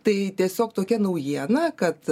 tai tiesiog tokia naujiena kad